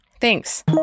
Thanks